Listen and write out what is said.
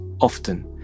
often